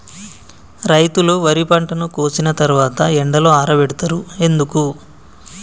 రైతులు వరి పంటను కోసిన తర్వాత ఎండలో ఆరబెడుతరు ఎందుకు?